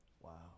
Wow